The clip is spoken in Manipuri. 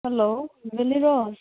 ꯍꯜꯂꯣ